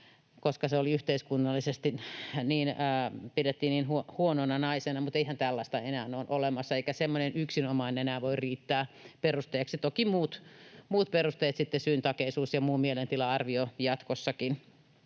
koska yhteiskunnallisesti pidettiin huonona naisena. Eihän tällaista enää ole olemassa, eikä semmoinen yksinomaan enää voi riittää perusteeksi, toki jatkossakin muut perusteet, syyntakeisuus ja muu mielentila-arvio. Sitten